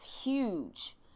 huge